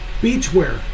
beachwear